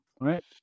right